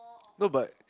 no but